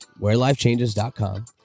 wherelifechanges.com